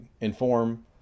inform